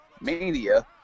Mania